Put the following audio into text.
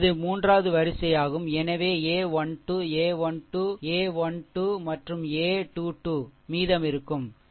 இது மூன்றாவது வரிசையாகும் எனவே a 1 2 a 1 2 and a 1 2 a 1 2 மற்றும் a 2 2 மீதமிருக்கும் சரி